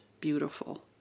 beautiful